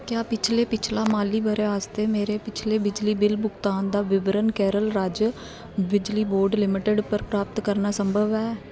क्या पिछले पिछला माली ब'रा आस्तै मेरे पिछले बिजली बिल भुगतान दा विवरण केरल राज्य बिजली बोर्ड लिमिटिड पर प्राप्त करना संभव है